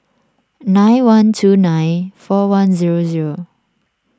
nine one two nine four one zero zero